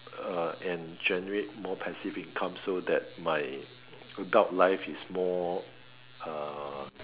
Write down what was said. uh and generate more passive income so that my adult life is more uh